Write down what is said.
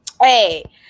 Hey